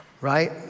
right